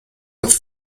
with